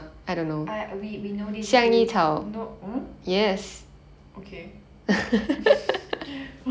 I we we no~ hmm okay